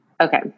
okay